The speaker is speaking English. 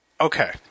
Okay